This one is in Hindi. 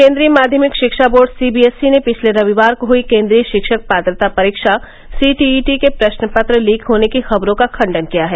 केंद्रीय माध्यमिक शिक्षा बोर्ड सीबीएसई ने पिछले रविवार को हुई केन्द्रीय शिक्षक पात्रता परीक्षा सीटीईटी के प्रश्नपत्र लीक होने की खबरों का खंडन किया है